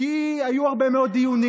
כי היו הרבה מאוד דיונים,